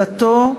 דתו,